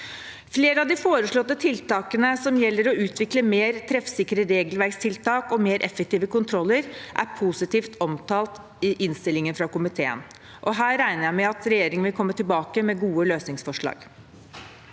Flere av de foreslåtte tiltakene som gjelder å utvikle mer treffsikre regelverkstiltak og mer effektive kontroller, er positivt omtalt i innstillingen fra komiteen. Her regner jeg med at regjeringen vil komme tilbake med gode løsningsforslag.